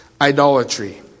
idolatry